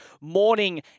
Morning